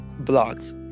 blocked